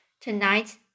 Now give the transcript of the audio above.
Tonight